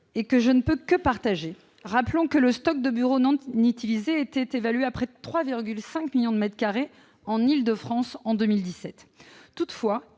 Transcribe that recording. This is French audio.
que je ne peux que partager. Rappelons que le stock de bureaux non utilisés était évalué à près de 3,5 millions de mètres carrés en Île-de-France, en 2017. Toutefois,